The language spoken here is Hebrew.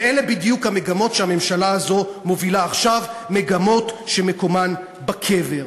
ואלה בדיוק המגמות שהממשלה הזו מובילה עכשיו: מגמות שמקומן בקבר.